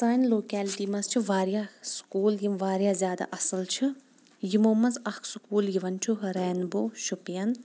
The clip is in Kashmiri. سانہِ لوکیلٹی منٛز چھ واریاہ سکوٗل یِم واریاہ زیٛادٕ اَصل چھ یِمو منٛز اکھ سکوٗل یِوان چھُ رینبو شُپین